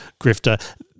grifter